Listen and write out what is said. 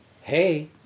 Hey